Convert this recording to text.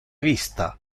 vista